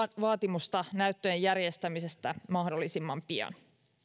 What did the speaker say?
vaatimusta näyttöjen järjestämisestä mahdollisimman pian